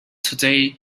day